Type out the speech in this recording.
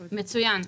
מצוין.